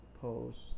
post